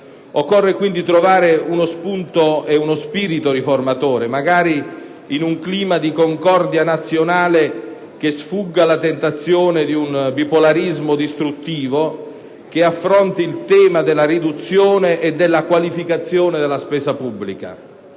Occorre quindi trovare uno spunto e uno spirito riformatore, magari in un clima di concordia nazionale che sfugga alla tentazione di un bipolarismo distruttivo, che affronti il tema della riduzione e della qualificazione della spesa pubblica.